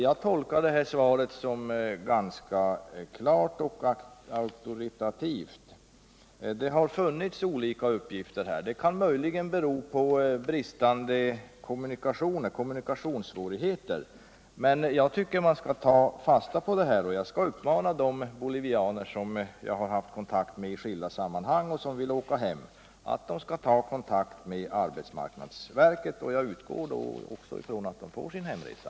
Jag tolkar svaret som ett ganska klart och auktoritativt besked. Men det har funnits olika uppgifter. Det kan möjligen bero på kommunikationssvårigheter. Men jag tycker det går att ta fasta på detta besked, och jag skall uppmana de bolivianer som jag har haft kontakt med i skilda sammanhang och som vill åka hem att de skall sätta sig i förbindelse med arbetsmarknadsverket. Jag utgår då ifrån att de får sin hemresa.